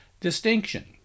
distinction